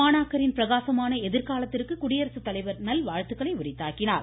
மாணாக்கரின் பிரகாசமான எதிர்காலத்திற்கு குடியரசு தலைவர் நல்வாழ்த்துக்களை உரித்தாக்கினார்